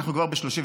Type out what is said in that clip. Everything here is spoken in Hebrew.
אנחנו כבר ב-35%.